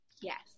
Yes